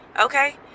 okay